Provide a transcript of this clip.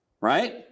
right